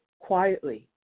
quietly